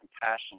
compassion